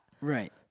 Right